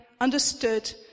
understood